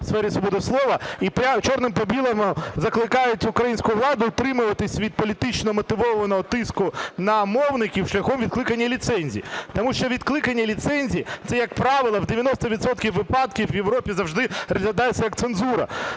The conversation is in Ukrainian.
в сфері свободи слова і чорним по білому закликають українську владу утримуватись від політично мотивованого тиску на мовників шляхом відкликання ліцензій. Тому що відкликання ліцензій, це, як правило, в 90 відсотках випадків в Європі завжди розглядається як цензура.